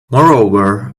moreover